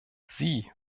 sie